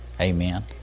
Amen